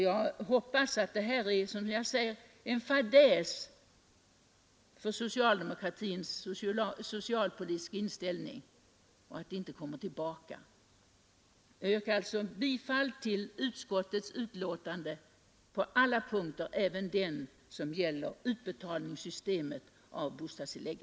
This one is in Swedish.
Jag hoppas att detta är en fadäs för socialdemokratins socialpolitiska inställning som inte kommer tillbaka. Jag yrkar, herr talman, bifall till utskottets hemställan på samtliga punkter, även den som gäller utbetalningsreglerna för bostadstillägg.